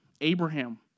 Abraham